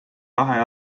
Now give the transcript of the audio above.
kahe